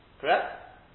Correct